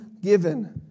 given